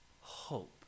hope